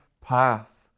path